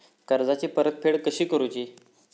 कर्जाची परतफेड कशी करूची?